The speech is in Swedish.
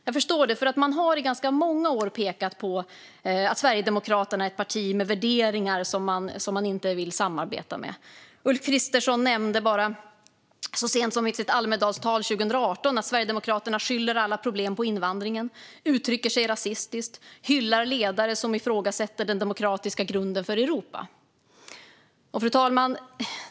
Jag förstår det, för man har i ganska många år pekat på att Sverigedemokraterna är ett parti med värderingar som gör att man inte vill samarbeta med dem. Ulf Kristersson nämnde så sent som i sitt tal i Almedalen 2018 att Sverigedemokraterna skyller alla problem på invandringen, uttrycker sig rasistiskt och hyllar ledare som ifrågasätter den demokratiska grunden för Europa. Fru talman!